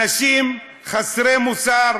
אנשים חסרי מוצא,